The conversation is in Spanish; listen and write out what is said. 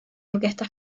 orquesta